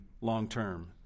long-term